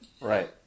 Right